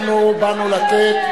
אנחנו באנו לתת